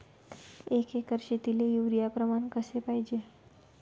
एक एकर शेतीले युरिया प्रमान कसे पाहिजे?